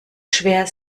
schwer